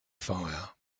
fire